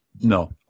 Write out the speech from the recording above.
No